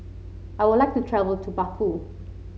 I would like to travel to Baku